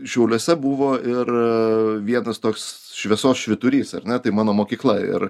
šiauliuose buvo ir vienas toks šviesos švyturys ar ne tai mano mokykla ir